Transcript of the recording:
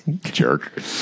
jerk